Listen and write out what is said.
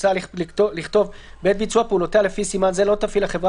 מוצע לכתוב: "בעת ביצוע פעולותיה לפי סימן זה לא תפעיל החברה